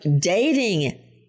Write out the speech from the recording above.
dating